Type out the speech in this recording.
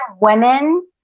women